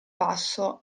passo